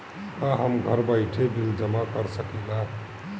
का हम घर बइठे बिल जमा कर शकिला?